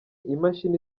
imashini